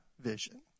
vision